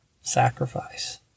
sacrifice